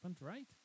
Right